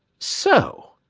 so,